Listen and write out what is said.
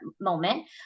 moment